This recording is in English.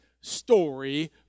story